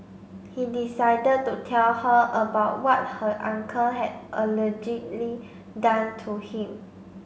he decided to tell her about what her uncle had allegedly done to him